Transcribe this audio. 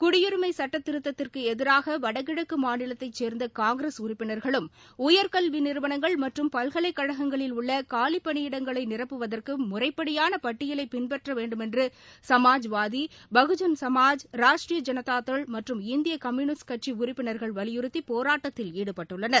குடியுரிமை சுட்டத்திருத்ததிற்கு எதிராக வடகிழக்கு மாநிலத்தைச் சேர்ந்த காங்கிரஸ் உறுப்பினா்களும் உயர்கல்வி நிறுவனங்கள் மற்றும் பல்கலைக்கழகங்களில் உள்ள காலி பணியிடங்களை நிரப்புவதற்கு முறைப்படியான பட்டியலை பின்பற்ற வேண்டுமென்று சமாஜ்வாதி பகுஜன் கமாஜ் ராஷ்ட்ரீய ஜனதாதள் மற்றும் இந்திய கம்யுனிஸ்ட் கட்சி உறுப்பினர்கள் வலியுறுத்தி போராட்டத்தில் ஈடுபட்டுள்ளன